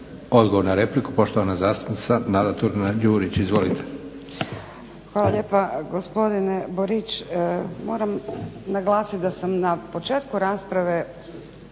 Odgovor na repliku, poštovana zastupnica Nada Turina Đurić. Izvolite.